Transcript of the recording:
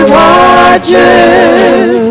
watches